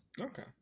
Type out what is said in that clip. Okay